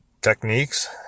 techniques